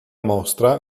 mostra